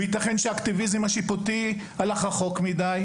וייתכן שהאקטיביזם השיפוטי הלך רחוק מידי,